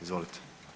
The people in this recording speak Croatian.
Izvolite.